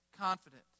confident